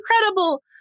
incredible